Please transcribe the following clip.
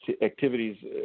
activities